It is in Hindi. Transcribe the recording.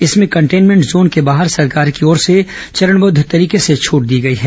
इसमें कंटेनमेंट जोन के बाहर सरकार की ओर से चरणबद्ध तरीके से छूट दी गई है